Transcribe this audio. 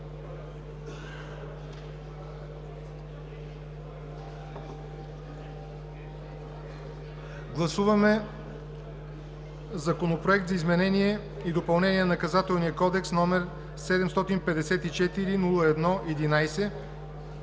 Гласуваме Законопроект за изменение и допълнение на Наказателния кодекс, № 754-01-11,